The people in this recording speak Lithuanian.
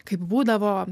kaip būdavo